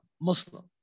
Muslim